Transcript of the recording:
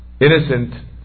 innocent